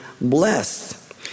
blessed